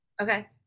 Okay